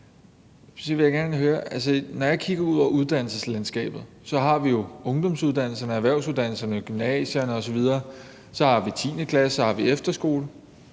når jeg kigger ud over uddannelseslandskabet, så har vi jo ungdomsuddannelserne, erhvervsuddannelserne, gymnasierne osv., så har vi 10. klasse og efterskole,